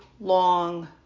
long